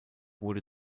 wurde